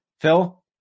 Phil